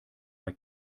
bei